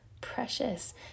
precious